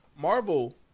Marvel